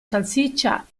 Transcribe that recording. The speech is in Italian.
salsiccia